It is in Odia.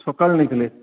ସକାଳେ ନେଇଥିଲେ